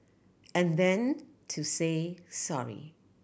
and then to say sorry